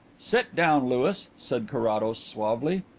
sit down, louis, said carrados suavely.